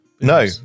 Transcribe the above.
No